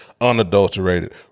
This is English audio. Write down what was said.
unadulterated